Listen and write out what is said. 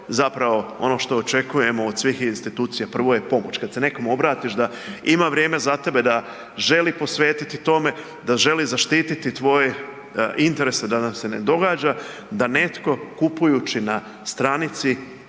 zapravo ono što očekujemo od svih institucija, prvo je pomoć, kad se nekom obratiš da ima vrijeme za tebe, da želi posvetiti tome, da želi zaštiti tvoje interese da nam se ne događa da netko kupujući na stranici